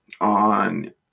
On